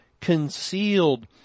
concealed